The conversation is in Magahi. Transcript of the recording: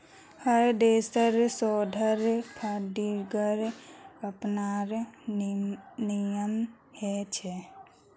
हर देशेर शोधेर फंडिंगेर अपनार नियम ह छे